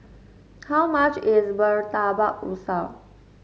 how much is Murtabak Rusa